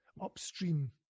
upstream